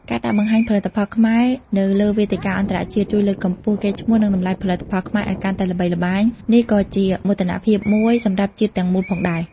ការដាក់បង្ហាញផលិតផលខ្មែរនៅលើវេទិកាអន្តរជាតិជួយលើកកម្ពស់កេរ្តិ៍ឈ្មោះ និងតម្លៃផលិតផលខ្មែរឱ្យកាន់តែល្បីល្បាញ នេះក៏ជាមោទនភាពមួយសម្រាប់ជាតិទាំងមូលផងដែរ។